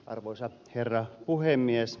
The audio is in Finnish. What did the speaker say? arvoisa herra puhemies